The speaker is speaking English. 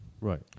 Right